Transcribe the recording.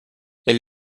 elle